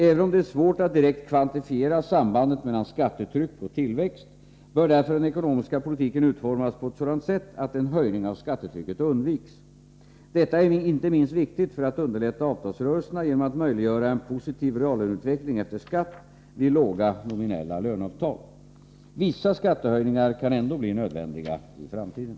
Även om det är svårt att direkt kvantifiera sambandet mellan skattetryck och tillväxt, bör därför den ekonomiska politiken utformas på ett sådant sätt att en höjning av skattetrycket undviks. Detta är inte minst viktigt för att underlätta avtalsrörelserna genom att möjliggöra en positiv reallöneutveckling efter skatt vid låga nominella löneavtal. Vissa skattehöjningar kan ändå bli nödvändiga i framtiden.